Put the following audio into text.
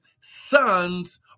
sons